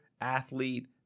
athlete